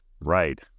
Right